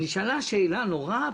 נשאלה שאלה נורא פשוטה.